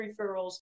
referrals